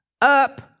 up